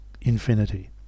infinity